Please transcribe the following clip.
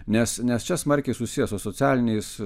nes nes čia smarkiai susijęs su socialiniais